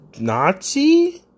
Nazi